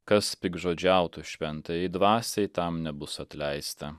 kas piktžodžiautų šventajai dvasiai tam nebus atleista